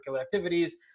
activities